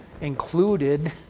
included